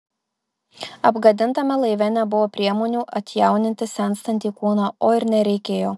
apgadintame laive nebuvo priemonių atjauninti senstantį kūną o ir nereikėjo